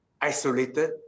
isolated